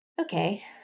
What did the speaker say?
okay